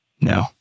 No